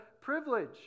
privilege